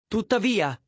Tuttavia